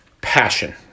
passion